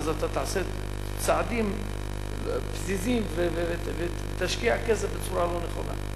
ואז אתה תעשה צעדים פזיזים ותשקיע כסף בצורה לא נכונה.